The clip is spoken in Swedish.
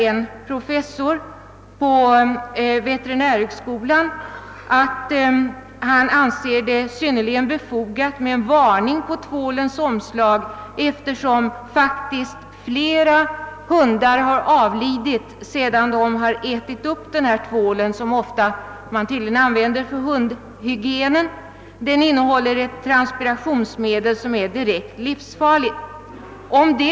En professor på veterinärhögskolan anser det synnerligen befogat med en varning på tvålens omslag, eftersom flera hundar avlidit sedan de ätit upp Bris-tvål — den används tydligen ofta för hundhygienen. Tvålen innehåller nämligen ett direkt livsfarligt transpirationsmedel.